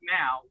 now